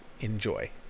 Enjoy